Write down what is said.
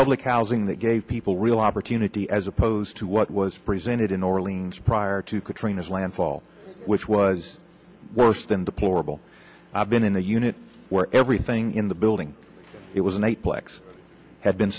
public housing that gave people real opportunity as opposed to what was presented in new orleans prior to katrina's landfall which was worse than deplorable i've been in the unit where everything in the building it was